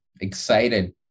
excited